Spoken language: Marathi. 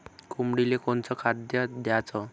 कोंबडीले कोनच खाद्य द्याच?